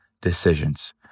decisions